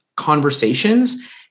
conversations